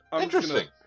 Interesting